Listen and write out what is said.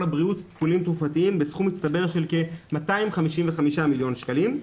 הבריאות טיפולים תרופתיים בסכום מצטבר של כ-255 מיליון שקלים.